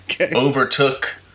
overtook